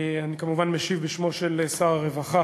אני כמובן משיב בשמו של שר הרווחה